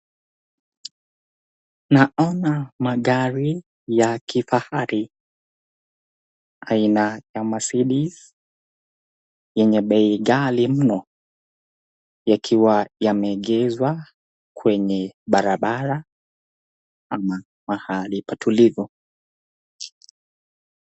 Naona magari ya kifahari aina ya Mercedes yenye bei ghali muno yakiwa yameegezwa kwenye barabara ama pahali patulivu.